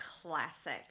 classic